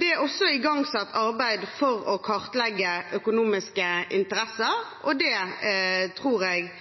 Det er også igangsatt arbeid for å kartlegge økonomiske interesser, og det tror jeg